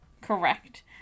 Correct